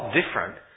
different